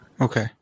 Okay